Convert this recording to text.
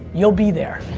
you'll be there.